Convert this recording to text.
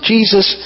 Jesus